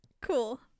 Cool